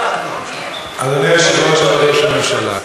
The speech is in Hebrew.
אדוני ראש הממשלה,